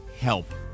help